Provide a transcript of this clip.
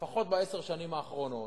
לפחות בעשר השנים האחרונות,